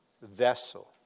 vessel